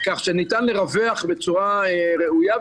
כך שניתן לרווח בצורה ראויה.